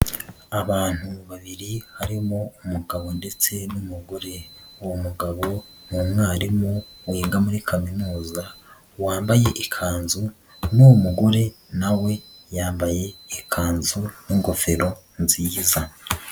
Abantu babiri harimo umugabo ndetse n'umugore, uwo mugabo ni umwarimu wiga muri Kaminuza n'uwo mugore na we yambaye ikanzu n'ingofero nziza.